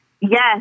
Yes